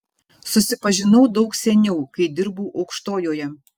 susipažinau daug seniau kai dirbau aukštojoje